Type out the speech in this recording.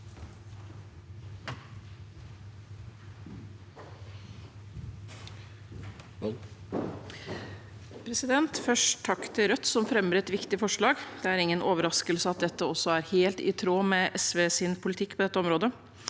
Først takk til Rødt, som fremmer et viktig forslag. Det er ingen overraskelse at dette er helt i tråd med SVs politikk på dette området.